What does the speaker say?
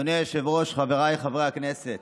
אדוני היושב-ראש, חבריי חברי הכנסת,